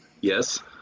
Yes